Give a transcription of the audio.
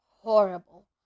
Horrible